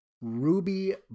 Ruby